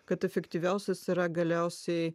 kad efektyviausias yra galiausiai